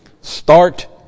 start